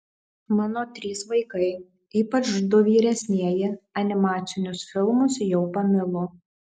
mano trys vaikai ypač du vyresnieji animacinius filmus jau pamilo